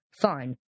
fine